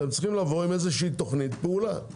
אתם צריכים לבוא עם תוכנית פעולה.